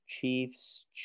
Chiefs